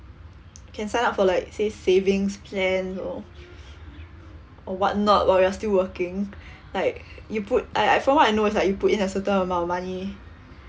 can sign up for like sa~ saving plan or or what not while you're still working like you put I I from what I know is like you put in a certain amount of money